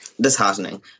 disheartening